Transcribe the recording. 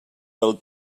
del